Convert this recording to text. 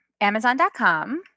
Amazon.com